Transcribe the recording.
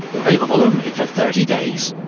available only for thirty days.